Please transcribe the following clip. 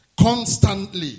constantly